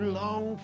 long